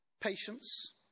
patience